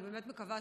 אני באמת מקווה